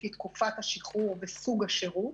לפי תקופת השחרור וסוג השירות.